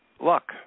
luck